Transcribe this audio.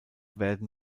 werden